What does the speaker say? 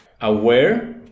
aware